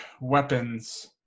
weapons